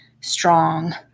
strong